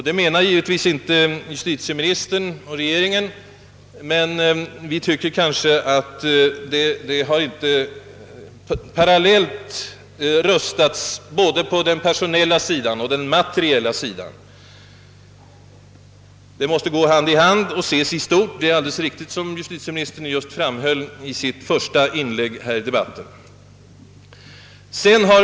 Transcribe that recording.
Det menar givetvis inte heller justitieministern och regeringen, men vi anser att det inte har företagits en tillräcklig upprustning på den personella sidan parallellt med den materiella upprustningen. De båda typerna av åtgärder måste gå hand i hand och ses i stort, såsom justitieministern alldeles riktigt framhöll i sitt första inlägg i debatten.